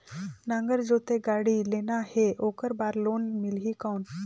नागर जोते गाड़ी लेना हे ओकर बार लोन मिलही कौन?